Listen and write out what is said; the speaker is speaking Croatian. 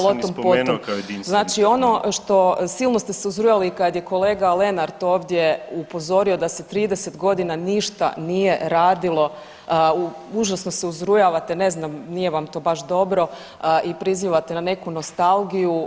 Ali o tom, po tom [[Upadica Piletić: Pa ja ih nisam ni spomenuo kao jedinstvene.]] Znači ono što silno ste se uzrujali kad je kolega Lenart ovdje upozorio da se 30 godina ništa nije radilo užasno se uzrujavate, ne znam, nije vam to baš dobro i prizivate na neku nostalgiju.